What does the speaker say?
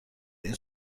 این